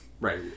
right